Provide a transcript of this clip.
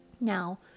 Now